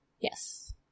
Yes